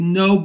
no